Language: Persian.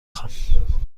خوام